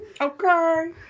Okay